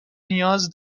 نیاز